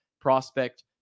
prospect